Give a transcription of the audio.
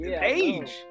age